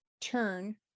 turn